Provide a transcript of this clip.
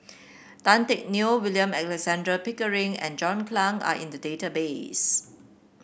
Tan Teck Neo William Alexander Pickering and John Clang are in the database